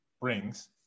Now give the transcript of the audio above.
brings